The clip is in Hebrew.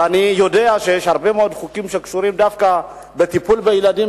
ואני יודע שיש הרבה מאוד חוקים שקשורים דווקא בטיפול בילדים,